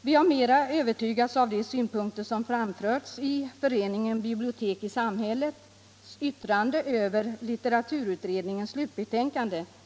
Vi övertygas mer av de synpunkter som framförts i yttrandet från Föreningen Bibliotek i samhället rörande litteraturutredningens slutbetänkande.